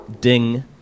ding